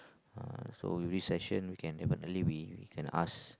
uh so with each session we can definitely we we can ask